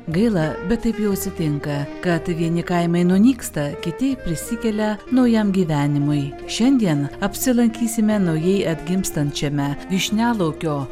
gaila bet taip jau atsitinka kad vieni kaimai nunyksta kiti prisikelia naujam gyvenimui šiandien apsilankysime naujai atgimstančiame vyšnialaukio